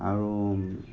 আৰু